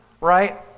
right